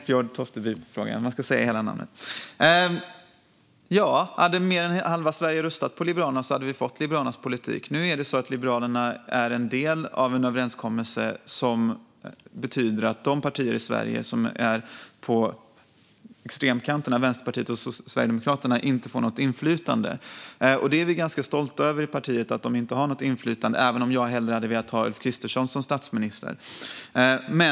Fru talman! Om mer än halva Sverige hade röstat på Liberalerna hade vi fått Liberalernas politik. Nu är Liberalerna en del av en överenskommelse, och det innebär att de partier i Sverige som finns på extremkanterna - Vänsterpartiet och Sverigedemokraterna - inte får något inflytande. Det är vi i vårt parti stolta över, även om jag hellre hade velat ha Ulf Kristersson som statsminister.